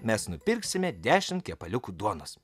mes nupirksime dešimt kepaliukų duonos